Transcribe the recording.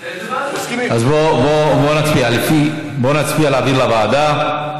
אז בואו נצביע על העברה לוועדה.